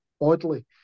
Oddly